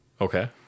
okay